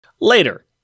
Later